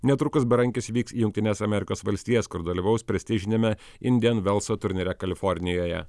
netrukus berankis vyks į jungtines amerikos valstijas kur dalyvaus prestižiniame indian velso turnyre kalifornijoje